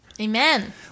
Amen